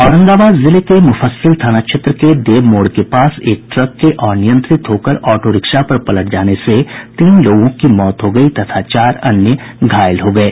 औरंगाबाद जिले के मुफस्सिल थाना क्षेत्र के देव मोड़ के पास एक ट्रक के अनियंत्रित होकर ऑटो रिक्शा पर पलट जाने से तीन लोगों की मौत हो गयी तथा चार अन्य घायल हो गये